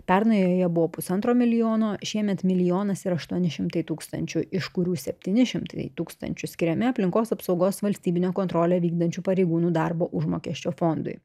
pernai joje buvo pusantro milijono šiemet milijonas ir aštuoni šimtai tūkstančių iš kurių septyni šimtai tūkstančių skiriami aplinkos apsaugos valstybinę kontrolę vykdančių pareigūnų darbo užmokesčio fondui